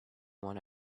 one